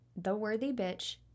theworthybitch